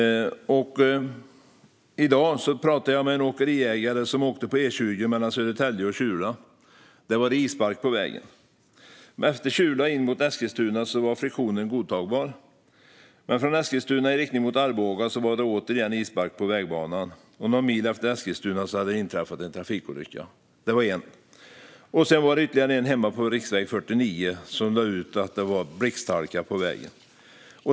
I dag pratade jag med en åkeriägare som åkte på E20 mellan Södertälje och Kjula, där det var isbark på vägen. Efter Kjula och in mot Eskilstuna var friktionen godtagbar, men från Eskilstuna i riktning mot Arboga var det återigen isbark på vägbanan. Någon mil efter Eskilstuna hade det inträffat en trafikolycka. Sedan var det ytterligare en hemma på riksväg 49 som lade ut att det var blixthalka på vägen.